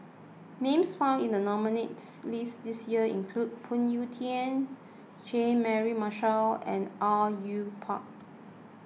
names found in the nominees' list this year include Phoon Yew Tien Jean Mary Marshall and Au Yue Pak